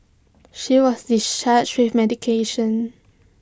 she was discharged with medication